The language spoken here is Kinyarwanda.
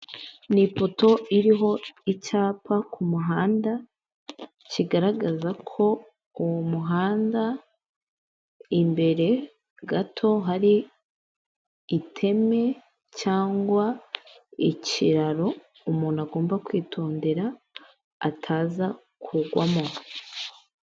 Ni ipoto iriho icyapa ku muhanda kigaragaza ko uwo muhanda, imbere gato hari iteme cyangwa ikiraro umuntu agomba kwitondera, ataza kugwamo.